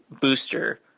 Booster